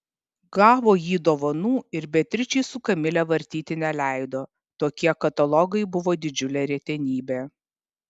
gavo jį dovanų ir beatričei su kamile vartyti neleido tokie katalogai buvo didžiulė retenybė